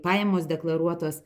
pajamos deklaruotos